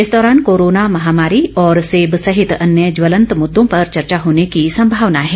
इस दौरान कोरोना महामारी और सेब सहित अन्य ज्वलंत मुद्दों पर चर्चा होने की संमावना है